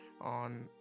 on